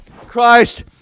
Christ